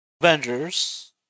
Avengers